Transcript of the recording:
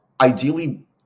ideally